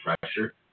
pressure